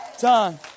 done